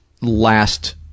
last